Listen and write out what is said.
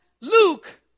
Luke